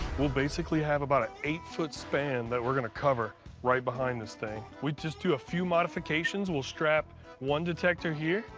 we'll basically have about a eight foot span that we're gonna cover right behind this thing. we'd just do a few modifications. we'll strap one detector here,